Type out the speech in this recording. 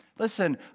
Listen